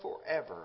forever